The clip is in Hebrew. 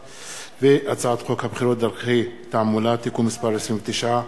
הצעת חוק הבחירות (דרכי תעמולה) (תיקון מס' 29),